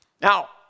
Now